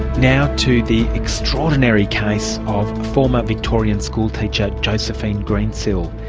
now to the extraordinary case of former victorian schoolteacher, josephine greensill.